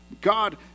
God